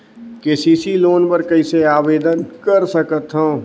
KCC loan बर कइसे आवेदन कर सकथव?